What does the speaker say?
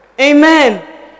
amen